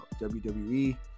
WWE